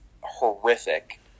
horrific